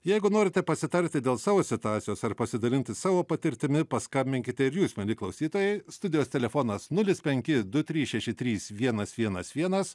jeigu norite pasitarti dėl savo situacijos ar pasidalinti savo patirtimi paskambinkite ir jūs mieli klausytojai studijos telefonas nulis penki du trys šeši trys vienas vienas vienas